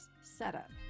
setup